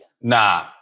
Nah